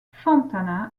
fontana